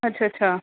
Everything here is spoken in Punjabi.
ਅੱਛਾ ਅੱਛਾ